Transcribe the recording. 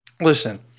Listen